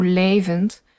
levend